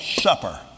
supper